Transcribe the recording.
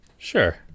Sure